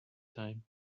time